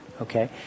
okay